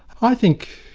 i think,